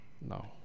no